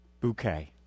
bouquet